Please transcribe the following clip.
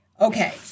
Okay